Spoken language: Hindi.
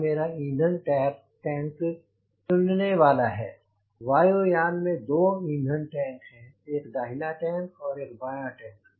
यह मेरा ईंधन टैंक चुनने वाला है वायुयान में दो ईंधन टैंक हैं एक दाहिना टैंक और एक बायाँ टैंक